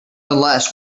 unless